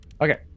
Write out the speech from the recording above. Okay